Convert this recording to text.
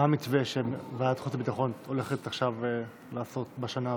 מה המתווה שוועדת החוץ והביטחון הולכת לעשות בשנה הזאת?